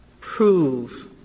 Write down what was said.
prove